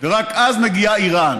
ורק אז מגיעה איראן.